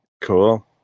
cool